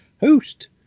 host